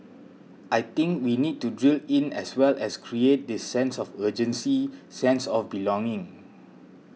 I think we need to drill in as well as create this sense of urgency sense of belonging